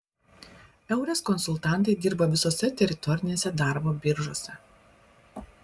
eures konsultantai dirba visose teritorinėse darbo biržose